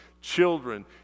children